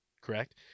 Correct